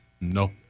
no